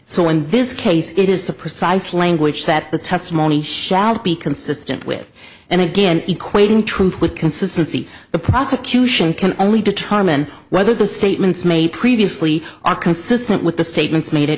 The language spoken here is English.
so in this case it is the precise language that the testimony shall be consistent with and again equating truth with consistency the prosecution can only determine whether the statements made previously are consistent with the statements made a